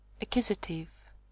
accusative